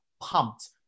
pumped